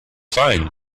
fine